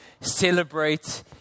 celebrate